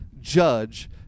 judge